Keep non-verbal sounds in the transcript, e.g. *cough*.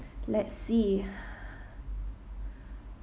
let's see *breath*